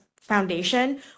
Foundation